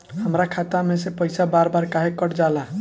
हमरा खाता में से पइसा बार बार काहे कट जाला?